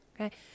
okay